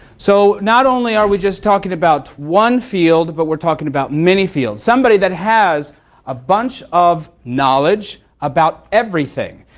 so, not only are we just talking about one field, but we are talking about many fields. somebody that has a bunch of knowledge about everything.